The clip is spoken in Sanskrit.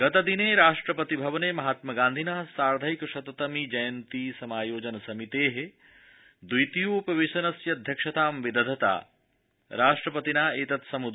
गतदिने राष्ट्रपति भवने महात्मागान्धिनः साधैकशत्तम जयन्ती समायोजन समितेः द्वितीयोपवेशनस्य अध्यक्षतां विदधता राष्ट्रपतिना एतत् सम्दीरितम्